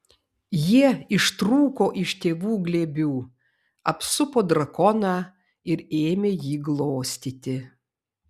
jie ištrūko iš tėvų glėbių apsupo drakoną ir ėmė jį glostyti